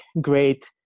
great